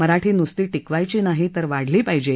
मराठी नुसती टिकवायची नाही तर वाढली पाहिजे